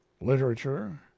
literature